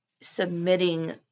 submitting